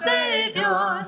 Savior